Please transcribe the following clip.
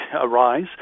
arise